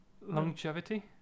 longevity